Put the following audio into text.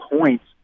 points